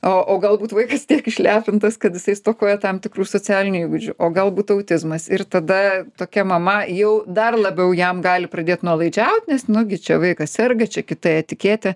o o galbūt vaikas tiek išlepintas kad jisai stokoja tam tikrų socialinių įgūdžių o galbūt autizmas ir tada tokia mama jau dar labiau jam gali pradėt nuolaidžiaut nes nu gi čia vaikas serga čia kita etiketė